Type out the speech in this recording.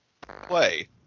play